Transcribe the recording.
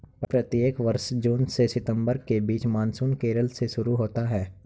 प्रत्येक वर्ष जून से सितंबर के बीच मानसून केरल से शुरू होता है